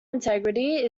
integrity